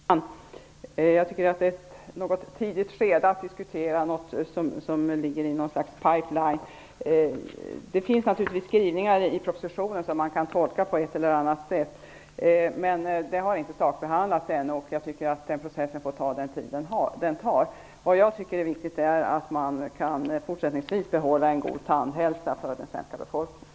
Herr talman! Jag tycker att det är ett för tidigt skede för att diskutera någonting som ligger i något slags pipe line. Det finns naturligtvis skrivningar i propositionen som kan tolkas på ett eller annat sätt. Men propositionen har inte sakbehandlats ännu, och jag tycker att den processen får ta den tid den tar. Vad jag tycker är viktigt är att vi fortsättningsvis kan behålla en god tandhälsa för den svenska befolkningen.